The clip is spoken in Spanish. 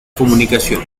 comunicación